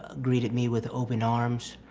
ah greeted me with open arms